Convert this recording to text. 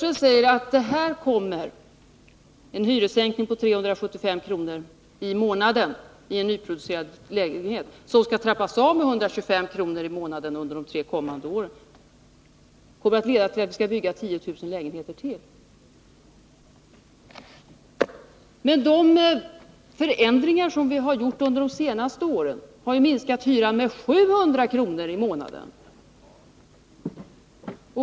Tomträttslån och Bo Södersten säger att en hyressänkning på 375 kr. i månaden i en underhållslån, nyproducerad lägenhet, som skall trappas ned med 125 kr. i månaden under de tre kommande åren, kommer att leda till att det byggs 10000 nya lägenheter. Men de förändringar som vi har gjort under de senaste åren har ju minskat hyran med 700 kr. i månaden.